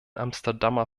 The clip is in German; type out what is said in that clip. amsterdamer